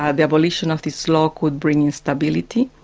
um the abolition of this law could bring instability.